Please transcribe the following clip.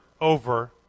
over